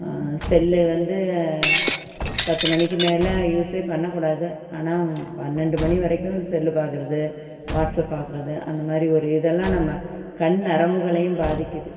cell வந்து பத்து மணிக்கு மேலே யூஸே பண்ணக்கூடாது ஆனால் பன்னெண்டு மணி வரைக்கும் செல்லு பார்க்குறது வாட்ஸப் பார்க்குறது அந்த மாதிரி ஒரு இதெல்லாம் நம்ம கண் நரம்புகளையும் பாதிக்குது